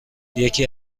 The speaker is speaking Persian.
یکی